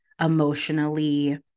emotionally